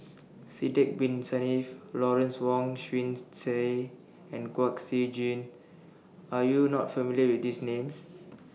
Sidek Bin Saniff Lawrence Wong Shyun Tsai and Kwek Siew Jin Are YOU not familiar with These Names